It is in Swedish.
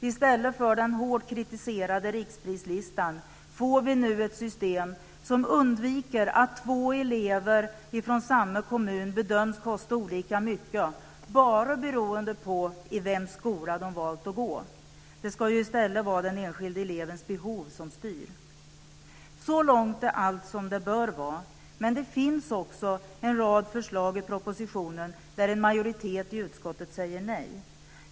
I stället för den hårt kritiserade riksprislistan får vi nu ett system som undviker att två elever från samma kommun bedöms kosta olika mycket bara beroende på i vems skola de valt att gå. Det ska i stället vara den enskilda elevens behov som styr. Så långt är allt som det bör vara. Men det finns också en rad förslag i propositionen där en majoritet i utskottet säger nej.